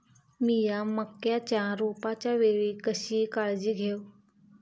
मीया मक्याच्या रोपाच्या वेळी कशी काळजी घेव?